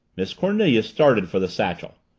miss cornelia started for the satchel.